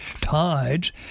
tides